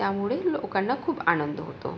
त्यामुळे लोकांना खूप आनंद होतो